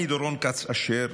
אני דורון כץ אשר.